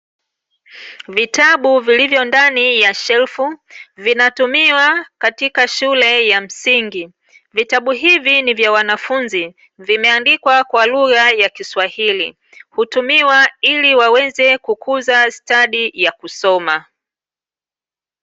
Vitabu vilivyondani ya shelfu vinatumiwa katika shule ya msingi. Vitabu hivi ni vya wanafunzi vimeandikwa kwa lugha ya kiswahili, hutumiwa ili waweze kukuza stadi ya kusoma.